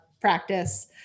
practice